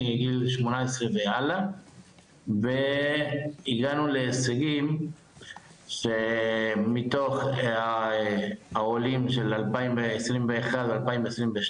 מגיל 18 והלאה והגענו להישגים שמתוך העולים של 2021-2022,